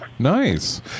Nice